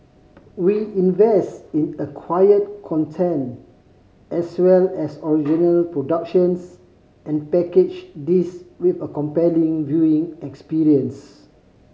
we invest in acquired content as well as original productions and package this with a compelling viewing experience